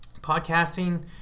podcasting